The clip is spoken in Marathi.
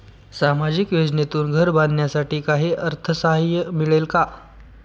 सामाजिक योजनेतून घर बांधण्यासाठी काही अर्थसहाय्य मिळेल का?